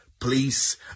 police